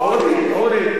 אורלי,